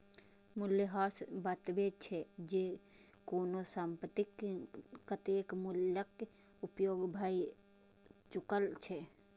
मूल्यह्रास बतबै छै, जे कोनो संपत्तिक कतेक मूल्यक उपयोग भए चुकल छै